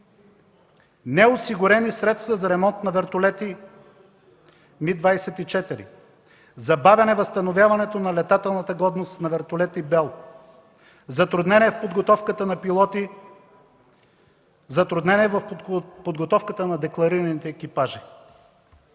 Неосигурени средства за ремонт на вертолети „Ми-24”, забавяне възстановяването на летателната годност на вертолети „Бел”, затруднение в подготовката на пилоти, затруднение в подготовката на декларираните екипажи.